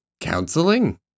counseling